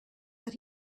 that